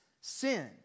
sin